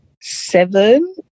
seven